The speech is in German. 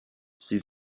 sie